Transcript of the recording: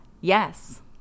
Yes